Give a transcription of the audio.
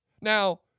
Now